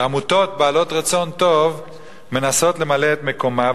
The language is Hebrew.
ועמותות בעלות רצון טוב מנסות למלא את מקומה,